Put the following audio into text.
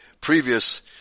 previous